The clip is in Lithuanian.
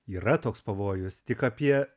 yra toks pavojus tik apie